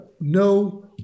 no